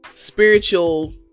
spiritual